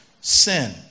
sin